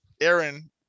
Aaron